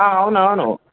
అవునవును